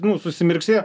nu susimirksėjo